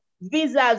visas